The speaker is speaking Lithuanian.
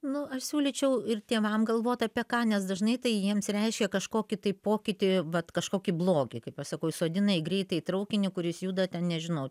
nu aš siūlyčiau ir tėvam galvot apie ką nes dažnai tai jiems reiškia kažkokį tai pokytį vat kažkokį blogį kaip aš sakau įsodina į greitąjį traukinį kuris juda ten nežinau